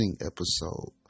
episode